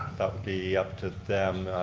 that would be up to them.